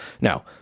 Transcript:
Now